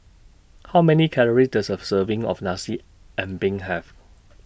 How Many Calories Does A Serving of Nasi Ambeng Have